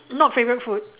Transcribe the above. not favourite food